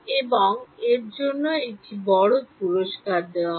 এবং এর জন্য একটি বড় পুরষ্কার দেওয়া হয়